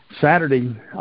Saturday